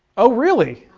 oh really,